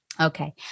Okay